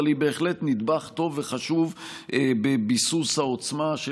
אבל היא בהחלט נדבך טוב וחשוב בביסוס העוצמה של